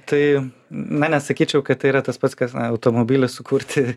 tai na nesakyčiau kad tai yra tas pats kas na automobilį sukurti